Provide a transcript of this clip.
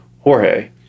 Jorge